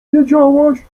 wiedziałaś